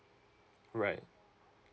right